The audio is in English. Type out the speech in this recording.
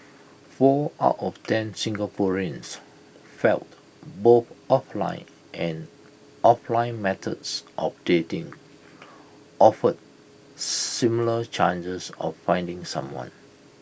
four out of ten Singaporeans felt both offline and offline methods of dating offered similar chances of finding someone